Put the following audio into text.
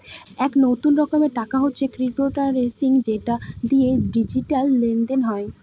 এক নতুন রকমের টাকা হচ্ছে ক্রিপ্টোকারেন্সি যেটা দিয়ে ডিজিটাল লেনদেন হয়